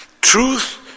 truth